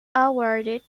awarded